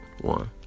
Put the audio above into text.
One